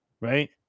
right